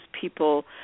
people